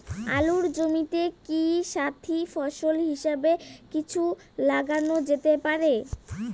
আলুর জমিতে কি সাথি ফসল হিসাবে কিছু লাগানো যেতে পারে?